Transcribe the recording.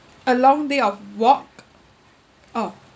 a long day of work oh